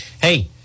Hey